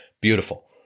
beautiful